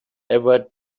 ever